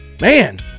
man